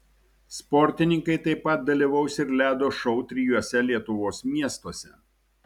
sportininkai taip pat dalyvaus ir ledo šou trijuose lietuvos miestuose